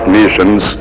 nations